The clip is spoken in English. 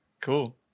cool